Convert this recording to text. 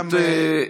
פשוט,